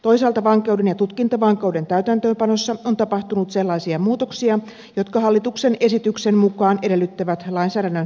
toisaalta vankeuden ja tutkintavankeuden täytäntöönpanossa on tapahtunut sellaisia muutoksia jotka hallituksen esityksen mukaan edellyttävät lainsäädännön tarkistamista